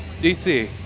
DC